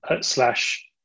slash